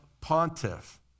pontiff